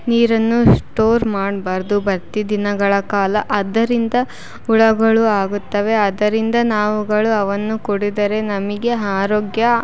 ನೀರನ್ನು ಸ್ಟೋರ್ ಮಾಡಬಾರ್ದು ಬರ್ತಿ ದಿನಗಳ ಕಾಲ ಅದ್ದರಿಂದ ಹುಳಗಳು ಆಗುತ್ತವೆ ಅದರಿಂದ ನಾವುಗಳು ಅವನ್ನು ಕುಡಿದರೆ ನಮಗೆ ಆರೋಗ್ಯ